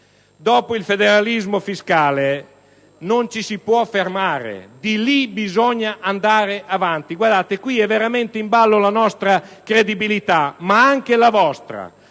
dopo il federalismo fiscale non ci si può fermare. Da lì bisogna andare avanti: è veramente in ballo la nostra credibilità, ma anche la vostra!